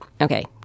Okay